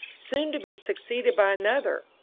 soon to be succeeded by another,